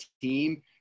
team